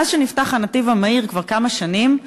מאז נפתח הנתיב המהיר, כבר כמה שנים,